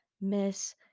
Miss